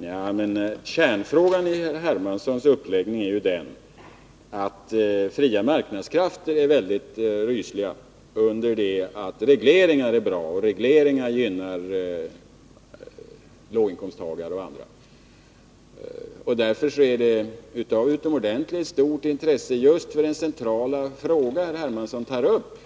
Ja, men eftersom kärnan i herr Hermanssons uppläggning är att fria marknadskrafter är mycket rysliga — under det att regleringar är bra och att regleringar gynnar låginkomsttagare och andra — är det av utomordentligt stort intresse just för den centrala fråga som herr Hermansson tar upp